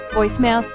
Voicemail